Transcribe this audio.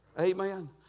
Amen